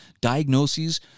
diagnoses